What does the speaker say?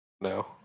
No